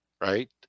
right